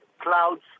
clouds